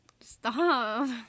Stop